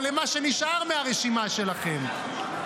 או למה שנשאר מהרשימה שלכם.